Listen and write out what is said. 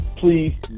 please